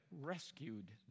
rescued